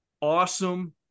awesome